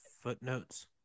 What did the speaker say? footnotes